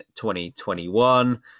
2021